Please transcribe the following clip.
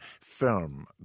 film